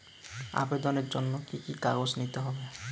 আবেদনের জন্য কি কি কাগজ নিতে হবে?